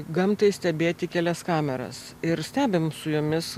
gamtai stebėti kelias kameras ir stebim su jomis